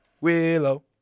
Willow